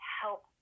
help